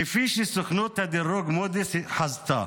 כפי שסוכנות הדירוג מודי'ס חזתה.